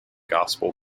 gospel